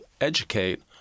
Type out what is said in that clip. educate